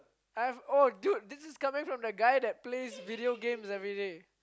I have oh dude this is coming from the guy that plays video games everyday